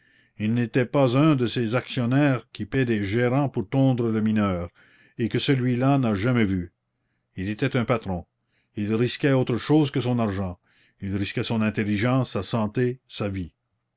il n'était pas un de ces actionnaires qui paient des gérants pour tondre le mineur et que celui-ci n'a jamais vus il était un patron il risquait autre chose que son argent il risquait son intelligence sa santé sa vie